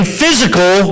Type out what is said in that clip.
physical